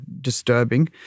disturbing